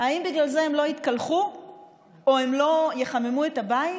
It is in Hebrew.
האם בגלל זה הן לא יתקלחו או לא יחממו את הבית?